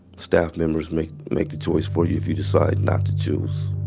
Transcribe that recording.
staff members make, make the choice for you if you decide not to to